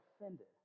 offended